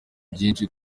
byinshi